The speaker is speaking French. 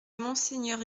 monseigneur